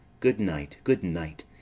good night, good night!